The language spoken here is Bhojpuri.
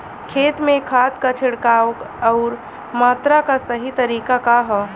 खेत में खाद क छिड़काव अउर मात्रा क सही तरीका का ह?